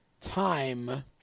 time